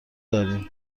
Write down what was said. داریم